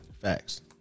Facts